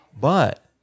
But-